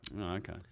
Okay